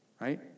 right